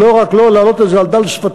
ולא רק לא לעלות את זה על דל שפתיים,